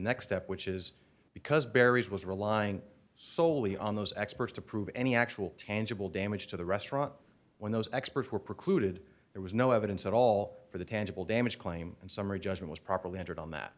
next step which is because barry's was relying solely on those experts to prove any actual tangible damage to the restaurant when those experts were precluded there was no evidence at all for the tangible damage claim and summary judgment was properly entered on that